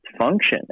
function